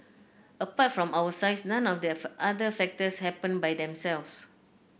apart from our size none of the other factors happened by themselves